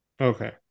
Okay